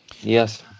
Yes